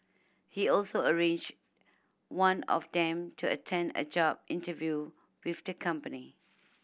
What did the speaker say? he also arranged one of them to attend a job interview with the company